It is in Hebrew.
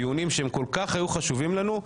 דיונים שהם כל כך היו חשובים לנו,